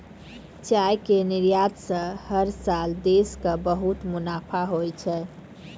चाय के निर्यात स हर साल देश कॅ बहुत मुनाफा होय छै